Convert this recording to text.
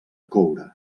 coure